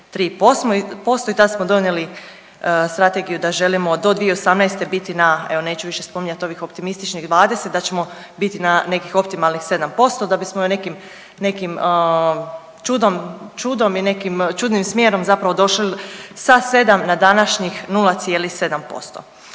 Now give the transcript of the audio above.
0,3% i tad smo donijeli strategiju da želimo do 2018. biti na, evo neću spominjati ovih optimističnih 20, da ćemo biti na nekih optimalnih 7%, da bismo nekim čudom, čudom i nekim čudnim smjerom zapravo došli sa 7 na današnjih 0,7%.